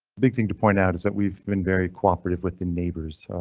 big thing to point out is that we've been very cooperative within neighbors.